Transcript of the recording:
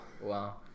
wow